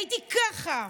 הייתי ככה.